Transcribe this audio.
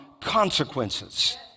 consequences